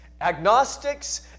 agnostics